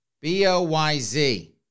B-O-Y-Z